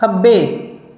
ਖੱਬੇ